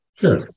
sure